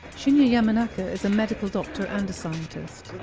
shinya yamanaka is a medical doctor and a scientist.